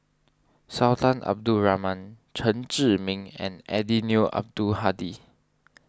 Sultan Abdul Rahman Chen Zhiming and Eddino Abdul Hadi